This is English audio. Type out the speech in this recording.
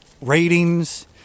ratings